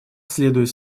следует